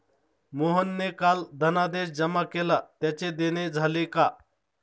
मोहनने काल धनादेश जमा केला त्याचे देणे झाले का?